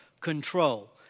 Control